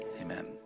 amen